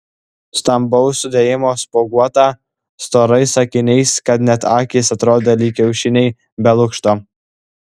stambaus sudėjimo spuoguota storais akiniais kad net akys atrodė lyg kiaušiniai be lukšto